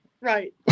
right